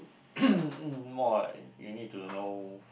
more like you need to know